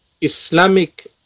Islamic